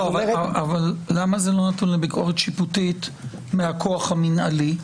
למה זה לא נתון לביקורת שיפוטית מהכוח המינהלי?